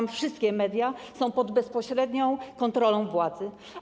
Tam wszystkie media są pod bezpośrednią kontrolą władzy.